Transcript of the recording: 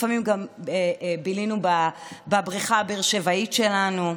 לפעמים גם בילינו בבריכה הבאר-שבעית שלנו.